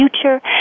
future